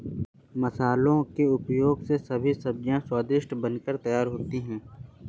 मसालों के उपयोग से सभी सब्जियां स्वादिष्ट बनकर तैयार होती हैं